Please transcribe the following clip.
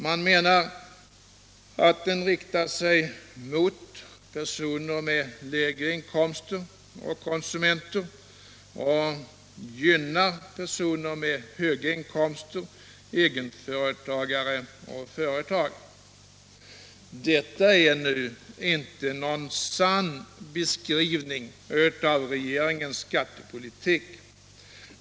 Man menar att den riktar sig mot personer med lägre inkomster och konsumenter och gynnar personer med höga inkomster, egenföretagare och företag. Detta är nu inte en sann beskrivning av regeringens skattepolitik.